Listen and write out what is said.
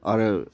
आरो